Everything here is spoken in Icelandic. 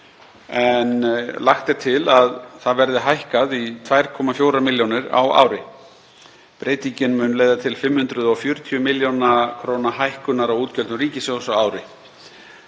en lagt er til að það verði hækkað í 2,4 milljónir á ári. Breytingin mun leiða til 540 millj. kr. hækkunar á útgjöldum ríkissjóðs á ári.